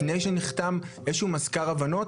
לפני שנחתם איזשהו מזכר הבנות,